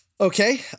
Okay